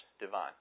divine